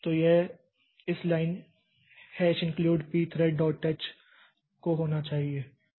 तो यह इस लाइन includepthreadh को होना चाहिए